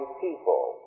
people